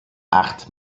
acht